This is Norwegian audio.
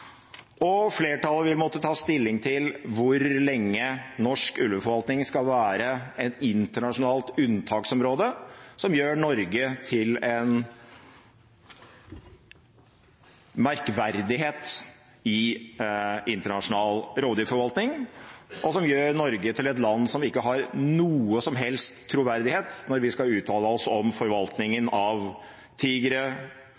Flertallet vil måtte ta stilling til hvor lenge norsk ulveforvaltning skal være et internasjonalt unntaksområde som gjør Norge til en merkverdighet i internasjonal rovdyrforvaltning, og som gjør Norge til et land som ikke har noen som helst troverdighet når vi skal uttale oss om